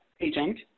agent